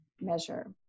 measure